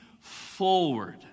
forward